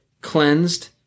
cleansed